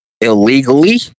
illegally